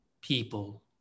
people